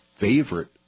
Favorite